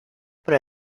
por